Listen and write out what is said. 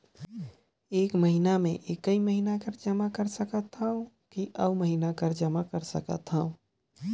एक महीना मे एकई महीना कर जमा कर सकथव कि अउ महीना कर जमा कर सकथव?